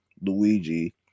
Luigi